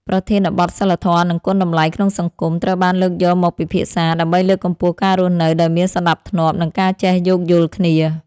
ប្រធានបទ សីលធម៌ និងគុណតម្លៃក្នុងសង្គម ត្រូវបានលើកយកមកពិភាក្សា ដើម្បីលើកកម្ពស់ការរស់នៅដោយមានសណ្ដាប់ធ្នាប់ និងការចេះយោគយល់គ្នា។